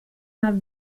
have